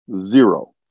zero